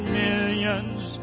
millions